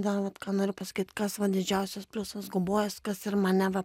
dar vat ką noriu pasakyt kas va didžiausias pliusas gubojos kas ir mane va